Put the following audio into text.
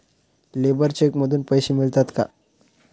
Labour cheque मधून पैसे मिळतात का?